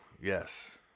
Yes